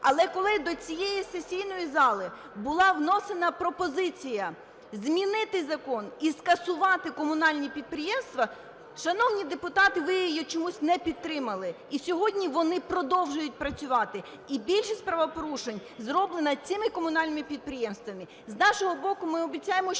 Але коли до цієї сесійної зали була внесена пропозиція змінити закон і скасувати комунальні підприємства, шановні депутати, ви її його чомусь не підтримали. І сьогодні вони продовжують працювати і більшість правопорушень зроблена цими комунальними підприємствами.